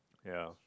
yeah